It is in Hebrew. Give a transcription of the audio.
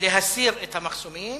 להסיר את המחסומים